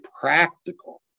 practical